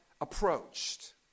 approached